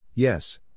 Yes